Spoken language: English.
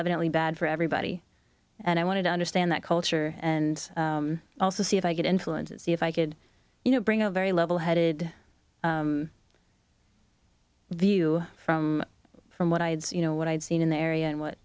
evidently bad for everybody and i wanted to understand that culture and also see if i get influences if i could you know bring a very level headed view from from what i had you know what i'd seen in the area and what